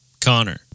Connor